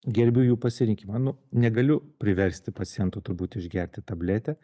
gerbiu jų pasirinkimą nu negaliu priversti pacientų turbūt išgerti tabletę